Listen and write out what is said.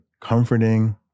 comforting